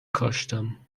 کاشتم